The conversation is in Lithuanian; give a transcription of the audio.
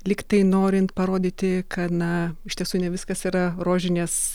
lyg tai norint parodyti kad na iš tiesų ne viskas yra rožinės